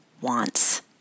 wants